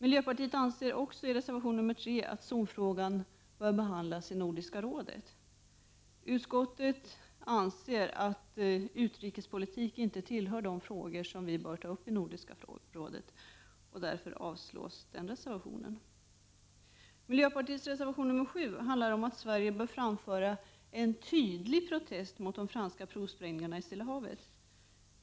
Miljöpartiet anser i reservation nr3 att zonfrågan bör behandlas i Nordiska rådet. Utskottet konstaterar att utrikespolitik inte tillhör de frågor omkring vilka vi samarbetar i Nordiska rådet. Vi yrkar därför avslag på reservationen. Miljöpartiets reservation 7 handlar om att Sverige bör framföra en tydlig protest mot de franska provsprängningarna i Stilla havet.